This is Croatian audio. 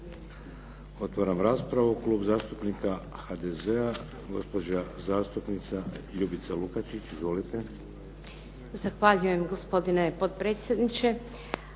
Otvaram raspravu. Klub zastupnika HDZ-a, gospođa zastupnica Ljubica Lukačić. Izvolite. **Lukačić, Ljubica (HDZ)** Zahvaljujem gospodine potpredsjedniče.